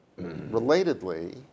Relatedly